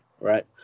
right